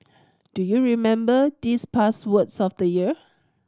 do you remember these past words of the year